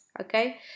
Okay